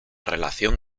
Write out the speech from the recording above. relación